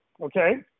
okay